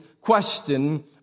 question